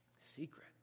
Secret